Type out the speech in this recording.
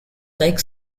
like